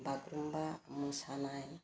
बागुरुम्बा मोसानाय